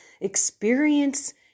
experience